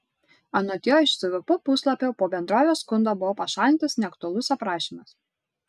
anot jo iš cvp puslapio po bendrovės skundo buvo pašalintas neaktualus aprašymas